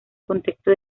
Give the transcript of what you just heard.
contexto